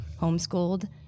homeschooled